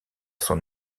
son